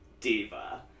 diva